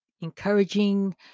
encouraging